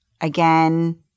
Again